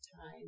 time